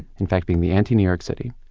in fact, being the anti-new york city.